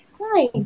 Hi